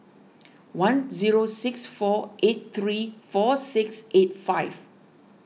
one zero six four eight three four six eight five